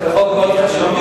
זה חוק מאוד חשוב.